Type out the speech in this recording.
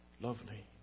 lovely